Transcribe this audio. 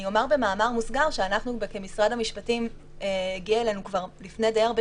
אני אומר במאמר מוסגר שאלינו כמשרד המשפטים הגיעה כבר לפני די הרבה